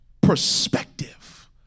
perspective